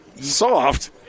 Soft